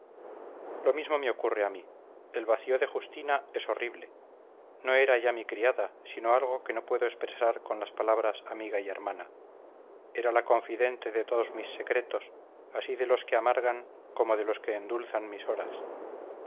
lo mismo me ocurre a mí el vacío de justina es horrible no era ya mi criada sino algo que no puedo expresar con las palabras amiga y hermana era la confidente de todos mis secretos así de los que amargan como de los que endulzan mis horas